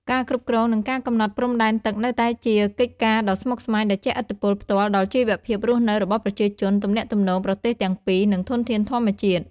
ការគ្រប់គ្រង និងការកំណត់ព្រំដែនទឹកនៅតែជាកិច្ចការដ៏ស្មុគស្មាញ ដែលជះឥទ្ធិពលផ្ទាល់ដល់ជីវភាពរស់នៅរបស់ប្រជាជន ទំនាក់ទំនងប្រទេសទាំងពីរ និងធនធានធម្មជាតិ។